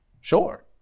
Sure